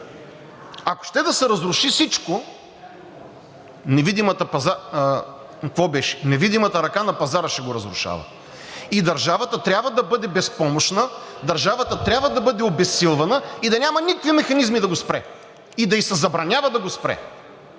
ако ще да се разруши всичко, невидимата ръка на пазара ще го разрушава и държавата трябва да бъде безпомощна, държавата трябва да бъде обезсилвана и да няма никакви механизми да го спре, и да ѝ се забранява да го спре